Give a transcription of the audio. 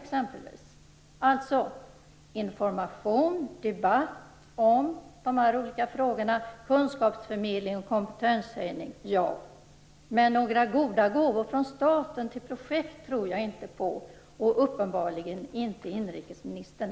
Jag säger ja till information, debatt om dessa olika frågor, kunskapsförmedling och kompetenshöjning. Men några goda gåvor från staten till projekt tror jag inte på, och uppenbarligen inte heller inrikesministern.